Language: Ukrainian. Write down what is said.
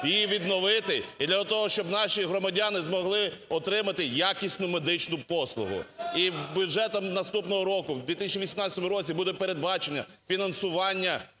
її відновити і для того, щоб наші громадяни змогли отримати якісну медичну послугу. І бюджетом наступного року, в 2018 році буде передбачення фінансування